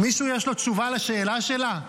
למישהו יש תשובה על השאלה שלה?